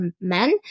men